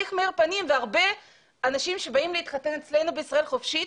והרבה אנשים שבאים להתחתן אצלנו ב'ישראל חופשית',